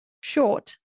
short